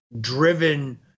Driven